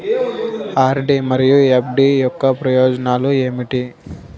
RD మరియు FD యొక్క ప్రయోజనాలు ఏమిటి?